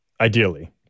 Ideally